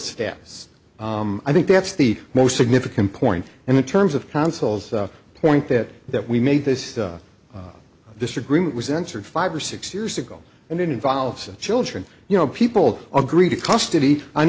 status i think that's the most significant point and in terms of consuls point that that we made this this agreement was entered five or six years ago and it involves children you know people agree to custody an